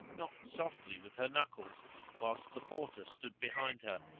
knocked softly with her knuckles whilst the porter stood behind her,